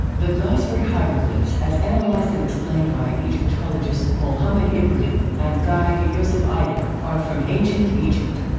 the gosford hieroglyphs, as analyzed and explained by egyptologist mohamed ibrahim and guide, yousef awyan, are from ancient egypt.